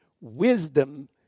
wisdom